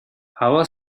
هوا